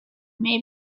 made